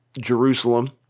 Jerusalem